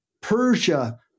Persia